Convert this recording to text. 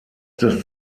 des